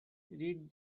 read